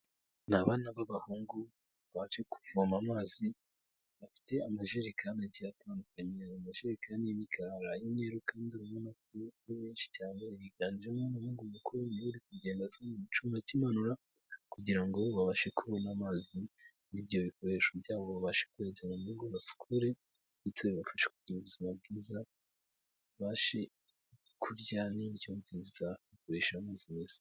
ni abana b'abahungu baje kuvoma amazi bafite amajerekani agiye atandukanye mashekani bigaru inyeru kandi abanyamakuru ari benshi cyane biganjemo umuhungu mukuru bari kugenda mucuyuma cy'manura kugira ngo babashe kubona amazi n'ibyo bikoresho byabo babashe kweza mu ngo basukure ndetse bibafasha kugira ubuzima babashe kurya n'indyo nziza bakoresha amazi meza